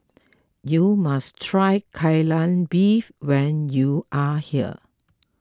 you must try Kai Lan Beef when you are here